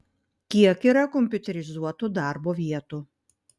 kiek yra kompiuterizuotų darbo vietų